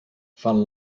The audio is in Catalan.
fan